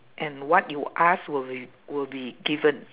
and what you ask will be will be given